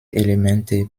elemente